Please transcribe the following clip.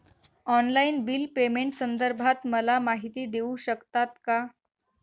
Online bill पेमेंटसंदर्भात मला माहिती देऊ शकतात का?